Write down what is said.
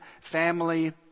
family